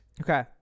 Okay